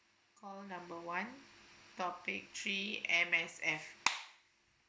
call number one topic three M_S_F